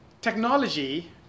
Technology